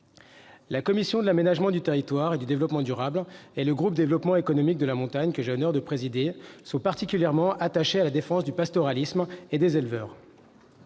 La commission de l'aménagement du territoire et du développement durable et le groupe d'études Développement économique de la montagne, que j'ai l'honneur de présider, sont particulièrement attachés à la défense du pastoralisme et des éleveurs.